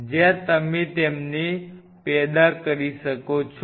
જ્યાં તમે તેમને પેદા કરી શકો છો